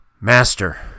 Master